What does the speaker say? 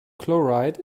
chloride